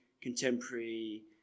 contemporary